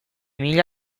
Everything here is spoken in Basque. mila